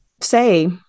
say